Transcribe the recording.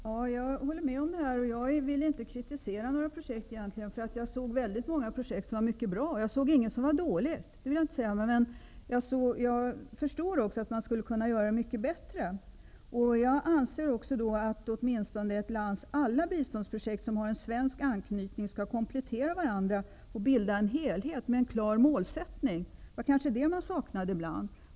Fru talman! Jag håller med biståndsministern om det här. Jag vill egentligen inte kritisera några projekt. Jag såg på min resa väldigt många projekt som var mycket bra, och jag såg inget som var dåligt. Men jag förstår ändå att man skulle kunna göra detta mycket bättre. Jag anser att ett lands alla biståndsprojekt med svensk anknytning skall komplettera varandra och bilda en helhet med en klar målsättning; det var kanske det som saknades ibland.